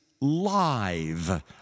live